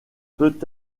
peut